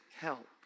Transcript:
help